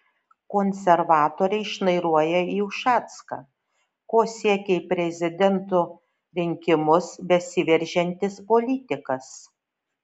konservatoriai šnairuoja į ušacką ko siekia į prezidento rinkimus besiveržiantis politikas